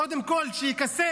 קודם כול שיכסח,